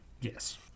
Yes